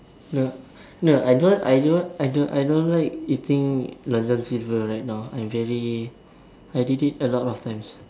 no no I don't I don't I don't I don't like eating Long-John-Silver's right now I'm very I did it a lot of times